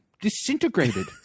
disintegrated